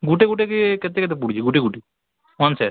ଗୋଟେ ଗୋଟେ କି କେତେ କେତେ ପଡ଼ୁଛି ଗୋଟେ ଗୋଟେ ୱାନ୍ ସେଟ୍